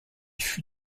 fut